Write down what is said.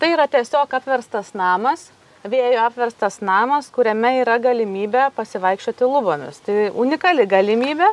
tai yra tiesiog apverstas namas vėjo apverstas namas kuriame yra galimybė pasivaikščioti lubomis tai unikali galimybė